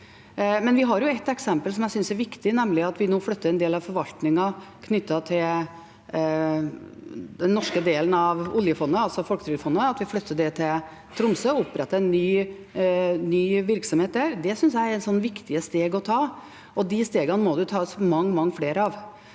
vi har et eksempel jeg synes er viktig, nemlig at vi nå flytter en del av forvaltningen knyttet til den norske delen av oljefondet, altså folketrygdfondet, til Tromsø og oppretter en ny virksomhet der. Det synes jeg er viktige steg å ta, og de stegene må det tas mange, mange flere av.